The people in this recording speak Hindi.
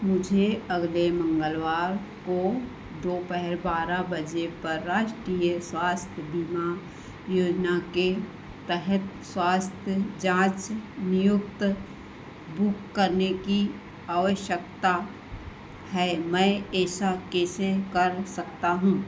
मुझे अगले मंगलवार को दोपहर बारह बजे पर राष्ट्रीय स्वास्थ्य बीमा योजना के तहत स्वास्थ्य जाँच नियुक्त बुक करने की अवश्यकता है मैं ऐसा कैसे कर सकता हूँ